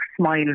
smile